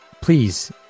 please